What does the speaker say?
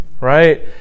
right